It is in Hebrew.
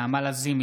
נעמה לזימי,